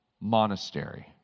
monastery